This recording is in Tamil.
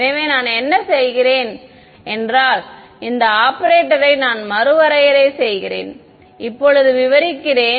எனவே நான் என்ன செய்கிறேன் என்றால் இந்த ஆபரேட்டரை நான் மறுவரையறை செய்கிறேன் இப்போது நான் விவரிக்கிறேன்